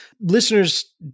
listeners